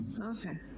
Okay